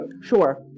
sure